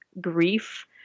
grief